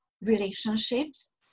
relationships